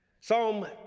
Psalm